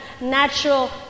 natural